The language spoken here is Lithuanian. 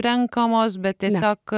renkamos bet tiesiog